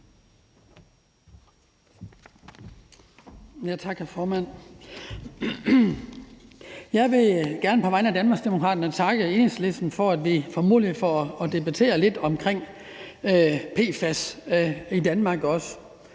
Jeg vil gerne på vegne af Danmarksdemokraterne takke Enhedslisten for, at vi får mulighed for at debattere lidt om PFAS i Danmark.